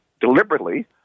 deliberately